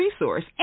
resource